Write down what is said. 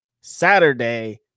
Saturday